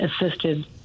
assisted